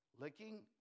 Licking